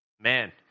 Man